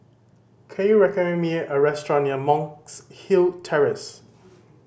can you recommend me a restaurant near Monk's Hill Terrace